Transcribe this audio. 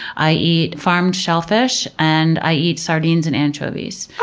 i eat farmed shellfish. and i eat sardines and anchovies,